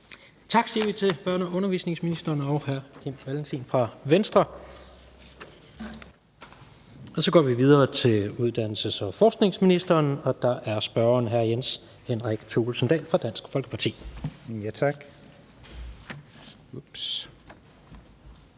Tak siger vi til børne- og undervisningsministeren og hr. Kim Valentin fra Venstre. Så går vi videre til uddannelses- og forskningsministeren, og der er spørgeren hr. Jens Henrik Thulesen Dahl fra Dansk Folkeparti. Kl.